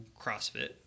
CrossFit